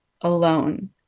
alone